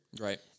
right